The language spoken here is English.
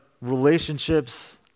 relationships